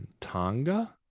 Tonga